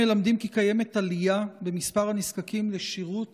קיימת עלייה במספר הנזקקים לשירות